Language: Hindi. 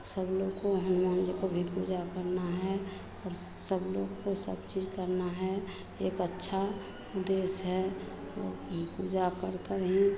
सब लोग को हनुमान जी को भी पूजा करना है और सब लोग को सब चीज करना है एक अच्छा देस है और पूजा करकर ही